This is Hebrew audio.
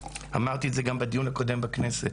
אמרתי את זה גם בדיון הקודם בכנסת.